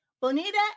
Bonita